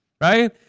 right